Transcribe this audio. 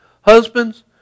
Husbands